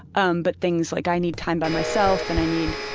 um but things like i need time by myself and i need,